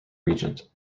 regent